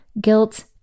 guilt